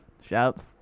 shouts